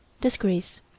Disgrace